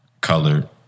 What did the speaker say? colored